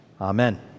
Amen